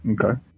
Okay